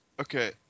Okay